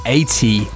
Eighty